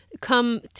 come